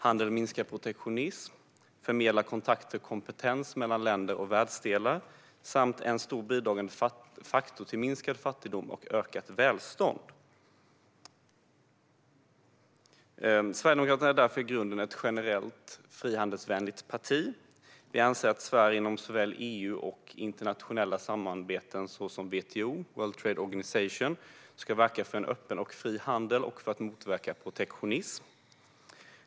Handeln minskar protektionism, förmedlar kontakter och kompetens mellan länder och världsdelar och är en stor bidragande faktor till minskad fattigdom och ökat välstånd. Sverigedemokraterna är därför i grunden ett generellt frihandelsvänligt parti Vi anser att Sverige såväl inom EU som i internationella samarbeten såsom WTO, World Trade Organization, ska verka för en öppen och fri handel och för att motverka protektionism.